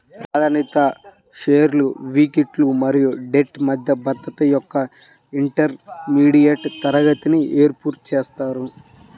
ప్రాధాన్యత షేర్లు ఈక్విటీలు మరియు డెట్ మధ్య భద్రత యొక్క ఇంటర్మీడియట్ తరగతిని ఏర్పరుస్తాయి